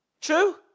True